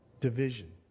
Division